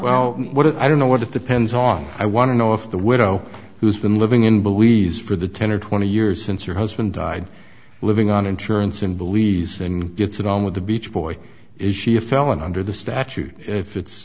well what if i don't know what it depends on i want to know if the widow who's been living in but we for the ten or twenty years since her husband died living on insurance in billy's and gets it on with the beach boy is she a felon under the statute if it's